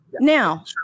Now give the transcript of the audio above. Now –